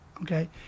Okay